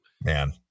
Man